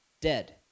dead